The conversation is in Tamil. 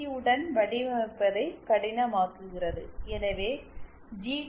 யுடன் வடிவமைப்பதை கடினமாக்குகிறது எனவே ஜி